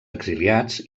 exiliats